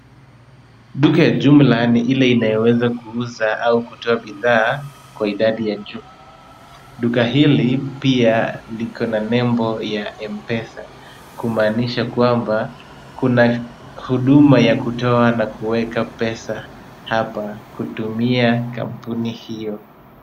Duka ya jumla ni ile inayoweza kuuza au kutoa bidhaa kwa idadi ya juu. Duka hili pia liko na nembo ya M-pesa kumaanisha kwamba, kuna huduma ya kutoa na kuweka pesa hapa kutumia kampuni hiyo.